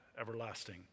everlasting